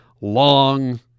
long